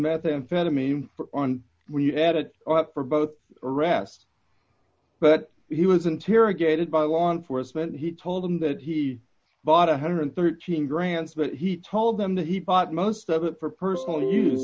methamphetamine on we add it up for both arrests but he was interrogated by law enforcement he told them that he bought one hundred and thirteen grants but he told them that he bought most of it for personal use